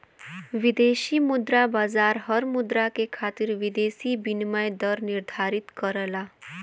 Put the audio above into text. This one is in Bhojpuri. विदेशी मुद्रा बाजार हर मुद्रा के खातिर विदेशी विनिमय दर निर्धारित करला